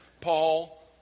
Paul